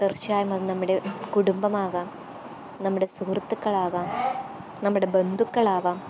തീർച്ചയായും അത് നമ്മുടെ കുടുംബമാകാം നമ്മുടെ സുഹൃത്തുക്കൾ ആകാം നമ്മുടെ ബന്ധുക്കൾ ആകാം